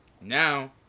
now